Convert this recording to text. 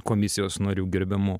komisijos narių gerbiamų